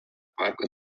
parko